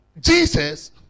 Jesus